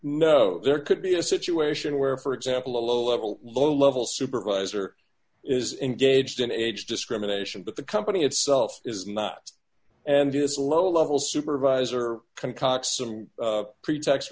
there could be a situation where for example a low level low level supervisor is engaged in age discrimination but the company itself is not and this low level supervisor